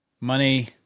Money